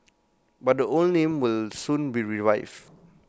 but the old name will soon be revived